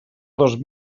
dos